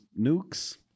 Nukes